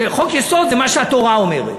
שחוק-יסוד זה מה שהתורה אומרת.